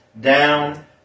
down